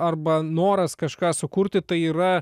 arba noras kažką sukurti tai yra